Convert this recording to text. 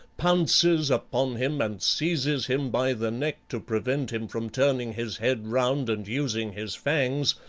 pounces upon him and seizes him by the neck to prevent him from turning his head round and using his fangs,